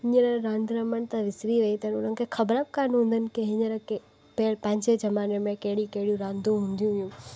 हींअर रांधि रमनि था विसरी वेई अथनि हुननि खे ख़बर कोन हूंदनि की हींअर की पहिरियों पंहिंजे ज़माने में कहिड़ी कहिड़ियूं रांधियूं हूंदी हुयूं